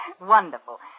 Wonderful